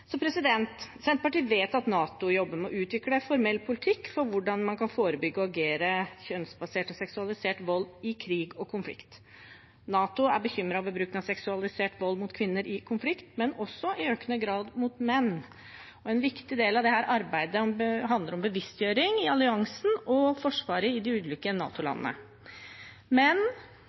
Senterpartiet vet at NATO jobber med å utvikle en formell politikk for hvordan man kan forebygge og agere mot kjønnsbasert og seksualisert vold i krig og konflikt. NATO er bekymret over bruken av seksualisert vold mot kvinner i konflikt, men også i økende grad mot menn. En viktig del av dette arbeidet handler om bevisstgjøring i alliansen og forsvaret i de ulike NATO-landene. Men